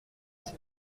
huit